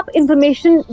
information